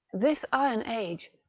this iron age,